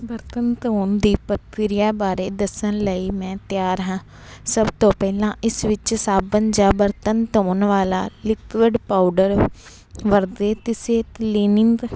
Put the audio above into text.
ਬਰਤਨ ਧੋਣ ਦੀ ਪ੍ਰਕਿਰਿਆ ਬਾਰੇ ਦੱਸਣ ਲਈ ਮੈਂ ਤਿਆਰ ਹਾਂ ਸਭ ਤੋਂ ਪਹਿਲਾਂ ਇਸ ਵਿੱਚ ਸਾਬਣ ਜਾਂ ਬਰਤਨ ਧੋਣ ਵਾਲਾ ਲਿਕੁਡ ਪਾਊਡਰ ਵਰਦੇ ਕਿਸੇ ਕਲੀਨਿੰਗ